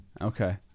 Okay